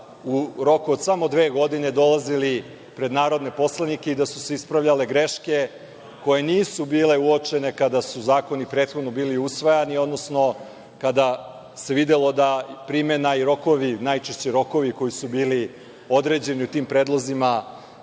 u roku od samo dve godine dolazili pred narodne poslanike i da su se ispravljale greške koje nisu bile uočene kada su zakoni prethodni bili usvajani, odnosno kada se videlo da primena i rokovi, najčešće rokovi koji su bili određeni u tim predlozima